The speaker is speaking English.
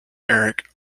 eric